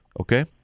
Okay